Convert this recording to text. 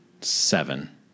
Seven